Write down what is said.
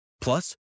Plus